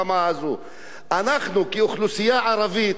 אנחנו כאוכלוסייה ערבית במדינת ישראל,